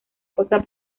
cosa